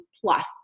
plus